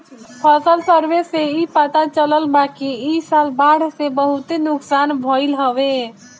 फसल सर्वे से इ पता चलल बाकि इ साल बाढ़ से बहुते नुकसान भइल हवे